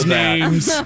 names